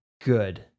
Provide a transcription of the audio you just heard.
good